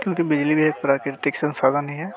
क्योंकि बिजली भी एक प्राकृतिक संसाधन ही है